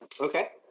Okay